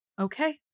okay